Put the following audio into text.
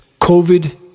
COVID